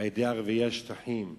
על-ידי ערביי השטחים,